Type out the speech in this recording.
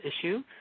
issue